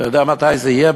אתה יודע מתי זה יהיה?